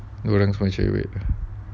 orang semua cerewet